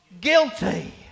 guilty